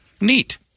Neat